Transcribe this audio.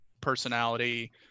personality